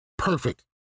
perfect